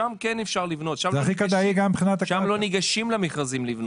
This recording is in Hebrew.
שם גם לא ניגשים למכרזים כדי לבנות.